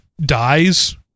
dies